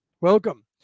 Welcome